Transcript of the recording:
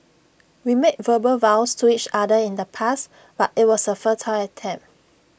we made verbal vows to each other in the past but IT was A futile attempt